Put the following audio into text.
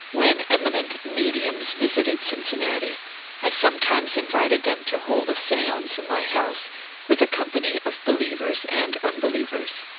when eminent mediums visited cincinnati i sometimes invited them to hold a stance in my house with a company of believers and unbelievers.